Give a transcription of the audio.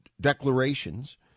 declarations